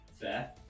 fair